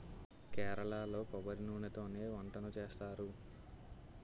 కేరళలో కొబ్బరి నూనెతోనే వంటలు చేస్తారు